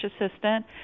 assistant